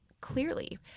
clearly